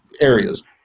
areas